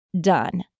done